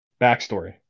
Backstory